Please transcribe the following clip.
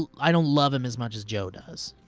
i don't love him as much as joe does.